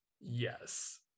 Yes